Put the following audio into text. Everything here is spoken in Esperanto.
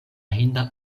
hinda